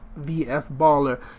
VFBaller